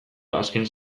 azken